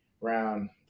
round